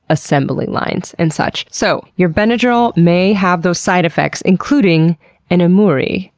assembly lines and such. so, your benadryl may have those side effects including inemuri,